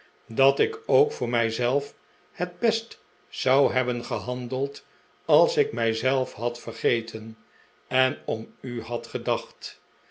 dat ik ook voqr mij zelf het best zou hebben gehandeld als ik mij zelf had vergeten en om u had gedacht